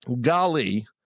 Golly